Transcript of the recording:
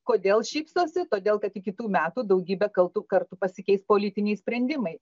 kodėl šypsosi todėl kad iki tų metų daugybę kaltų kartų pasikeis politiniai sprendimai